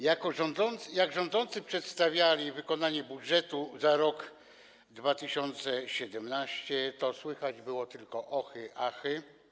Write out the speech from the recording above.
Jak rządzący przedstawiali wykonanie budżetu za rok 2017, to słychać było tylko ochy, achy.